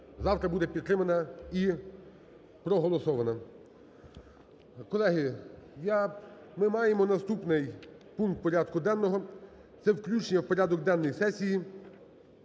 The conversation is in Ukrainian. завтра буде підтримана і проголосована. Колеги, ми маємо наступний пункт порядку денного. Це включення в порядок денний сесії